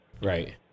Right